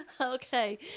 Okay